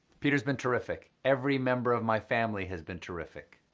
peter's been terrific. every member of my family has been terrific,